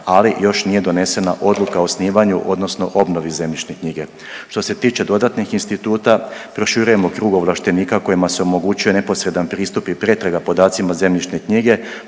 ali još nije donesena odluka o osnivanju odnosno obnovi zemljišne knjige. Što se tiče dodatnih instituta, proširujemo krug ovlaštenika kojima se omogućuje neposredan pristup i pretraga podacima zemljišne knjige,